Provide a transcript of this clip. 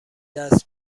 دست